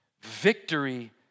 Victory